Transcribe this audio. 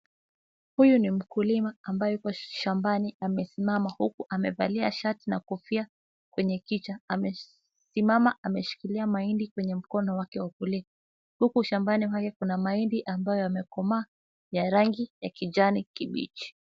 Huyu ni mkulima ambaye yuko shambani. Amesimama huku amevalia shati na kofia kwenye kichwa. Amesimama ameshikilia mahindi kwenye mkono wake wa kulia huku shambani mwake kuna mahindi ambayo yamekomaa ya rangi ya kijani kibichi.